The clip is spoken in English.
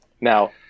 now